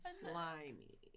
slimy